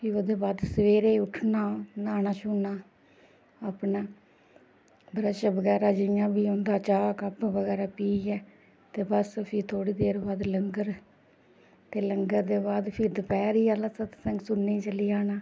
फ्ही ओह्दे बाद सवेरे उट्ठना न्हाना श्होना अपना ब्रश बगैरा घरै जियां बी होंदा चाह् कप बगैरा पियै ते बस फिर थोह्ड़ी देर बाद लंगर ते लंगर दे बाद फ्ही दपैह्री आह्ला सतसंग सुनने गी चली जाना